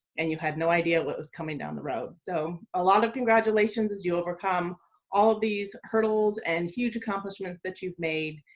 and you had no idea what was coming down the road. so a lot of congratulations as you overcome all these hurdles and huge accomplishments that you've made,